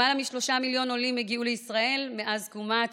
למעלה מ-3 מיליון עולים הגיעו לישראל מאז קומה,